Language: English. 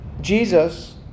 Jesus